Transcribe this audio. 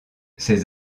ses